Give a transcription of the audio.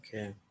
Okay